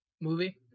movie